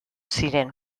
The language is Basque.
ziren